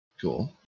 Cool